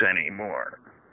anymore